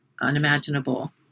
unimaginable